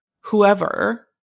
whoever